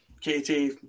Katie